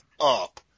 up